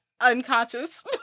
unconscious